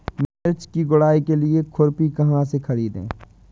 मिर्च की गुड़ाई के लिए खुरपी कहाँ से ख़रीदे?